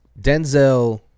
Denzel